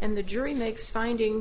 and the jury makes finding